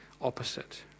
opposite